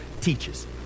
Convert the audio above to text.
teaches